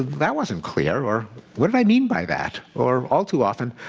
that wasn't clear or what did i mean by that, or all too often,